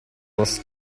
was